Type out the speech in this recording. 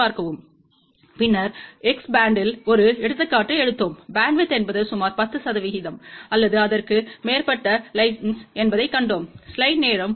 பின்னர் x பேண்டில் ஒரு எடுத்துக்காட்டு எடுத்தோம் பேண்ட்வித் என்பது சுமார் 10 சதவீதம் அல்லது அதற்கு மேற்பட் லைன்சை என்பதைக் கண்டோம்